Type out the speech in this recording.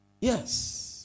yes